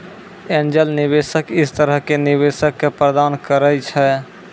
angel निवेशक इस तरह के निवेशक क प्रदान करैय छै